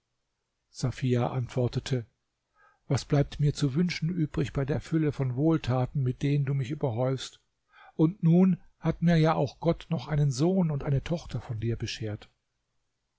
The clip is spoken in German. safia antwortete was bleibt mir zu wünschen übrig bei der fülle von wohltaten mit denen du mich überhäufst und nun hat mir ja auch gott noch einen sohn und eine tochter von dir beschert